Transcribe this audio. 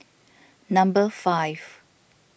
number five